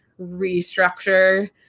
restructure